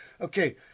Okay